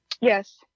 yes